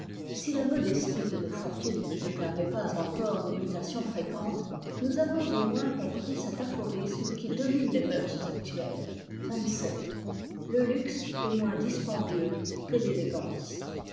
si la modestie de nos fortunes ne permet pas encore des mutations fréquentes nous avons au moins compris cet aphorisme qui domine les mœurs actuelles xxvii le luxe est moins dispendieux que l'élégance